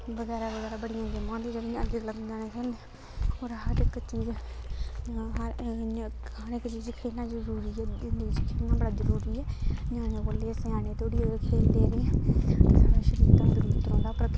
बगैरा बगैरा बड़ियां गेमां होंदियां जेह्ड़ी अजकल्ल ञ्याणे खेलदे और हर इक चीज हर ऐ ने हर इक चीज खेलना जरूरी ऐ जिंदगी च खेलना बड़ा जरूरी ऐ ञ्याणे कोला लेइयै स्याने तोड़ी अगर खेलदे रेह् ते साढ़ा शरीर तंदरुस्त रौंह्दा पर खेलने